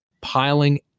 piling